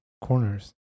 Corners